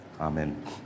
Amen